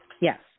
Yes